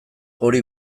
hori